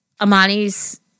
Amani's